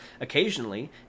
Occasionally